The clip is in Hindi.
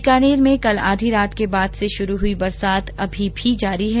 बीकानेर में कल आधी रात के बाद से शुरू हुई बरसात अभी भी जारी है